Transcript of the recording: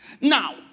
now